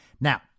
Now